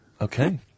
Okay